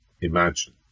imagine